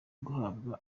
guhabwa